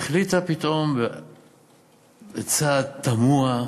החליטה פתאום בצעד תמוה,